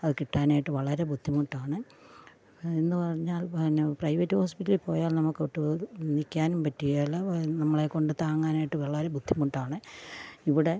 അത് കിട്ടാനായിട്ട് വളരെ ബുദ്ധിമുട്ടാണ് എന്ന് പറഞ്ഞാൽ പിന്നെ പ്രൈവറ്റ് ഹോസ്പിറ്റലിൽ പോയാൽ നമുക്കൊട്ടും നിൽക്കാനും പറ്റില്ല നമ്മളെ കൊണ്ട് താങ്ങാനായിട്ട് വളരെ ബുദ്ധിമുട്ടാണ് ഇവിടെ